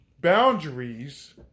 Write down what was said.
boundaries